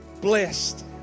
blessed